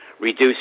reduce